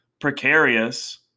precarious